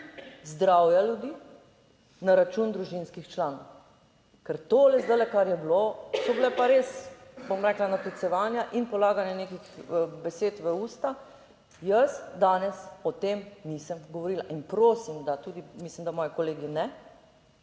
zdravja ljudi, na račun družinskih članov. Ker tole zdajle, kar je bilo, so bile pa res, bom rekla, natolcevanja in polaganja nekih besed v usta. Jaz danes o tem nisem govorila in prosim, da tudi mislim, da moji kolegi ne,